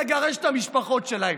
לגרש את המשפחות שלהם.